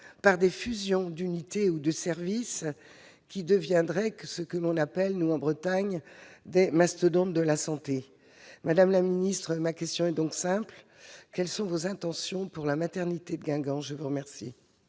à des fusions d'unités ou de services, qui deviendraient ce que l'on appelle en Bretagne des mastodontes de la santé. Madame la secrétaire d'État, ma question est donc simple : quelles sont vos intentions pour la maternité de Guingamp ? La parole